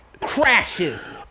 crashes